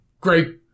great